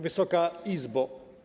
Wysoka Izbo!